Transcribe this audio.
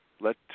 Let